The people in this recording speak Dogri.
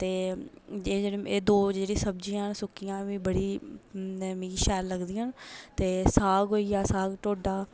एह् दो जेह्ड़ी सब्जियां हैन सुक्कियां बी बड़ी मि शैल लग्गदियां न ते साग होई गेआ साग ढोडा